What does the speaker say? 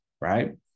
right